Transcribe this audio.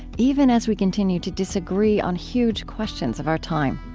even as we continue to disagree on huge questions of our time.